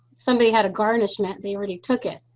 somebody had a garnishment, they already took it.